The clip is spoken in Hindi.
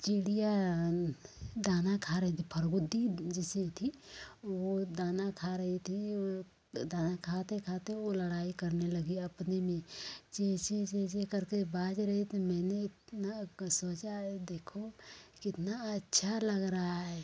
चिड़िया दाना खा रही फरगुद्दी जैसी थी वो दाना खा रही थी और द दा खाते खाते वो लड़ाई करने लगी अपने में चीं चीं चीं चीं करके बाज रही थी मैंने इतना क सोचा ये देखो कितना अच्छा लग रहा है